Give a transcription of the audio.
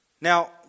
now